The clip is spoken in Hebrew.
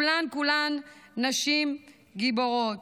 כולן כולן נשים גיבורות.